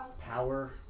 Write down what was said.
power